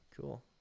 Cool